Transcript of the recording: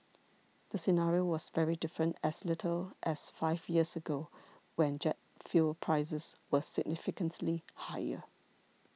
the scenario was very different as little as five years ago when jet fuel prices were significantly higher